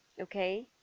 okay